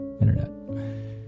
internet